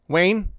Wayne